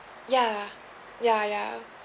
ya ya ya